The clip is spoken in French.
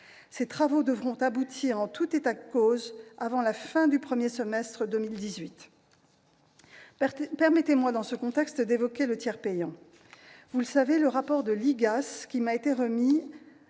Ces travaux devront aboutir, en tout état de cause, avant la fin du premier semestre de 2018. Permettez-moi, dans ce contexte, d'évoquer le tiers payant. Vous le savez, le récent rapport que l'IGAS- l'Inspection